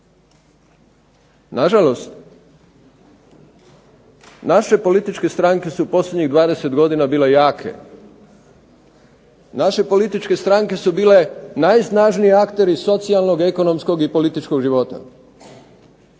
Na žalost, naše političke stranke su posljednjih 20 godina bile jake. Naše političke stranke su bile najsnažniji akteri socijalnog, ekonomskog i političkog života.